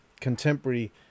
contemporary